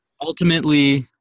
ultimately